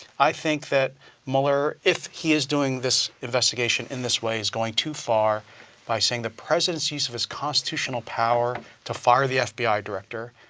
i think that mueller, if he is doing this investigation in this way, is going too far by saying, the president's use of his constitutional power to fire the fbi director,